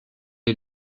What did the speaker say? est